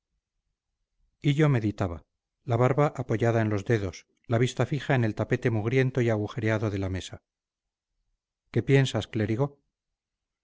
esto hillo meditaba la barba apoyada en los dedos la vista fija en el tapete mugriento y agujereado de la mesa qué piensas clérigo